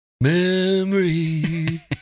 memory